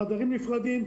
בחדרים נפרדים,